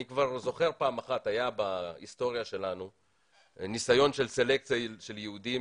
אני זוכר שפעם אחת בהיסטוריה שלנו היה ניסיון לסלקציה של יהודים,